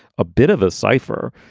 a bit of a cipher.